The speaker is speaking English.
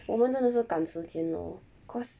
我们真的是赶时间 lor cause